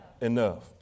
enough